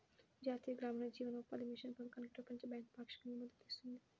జాతీయ గ్రామీణ జీవనోపాధి మిషన్ పథకానికి ప్రపంచ బ్యాంకు పాక్షికంగా మద్దతు ఇస్తుంది